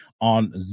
on